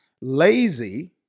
Lazy